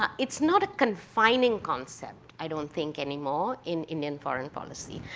um it's not a confining concept, i don't think, anymore, in indian foreign policy.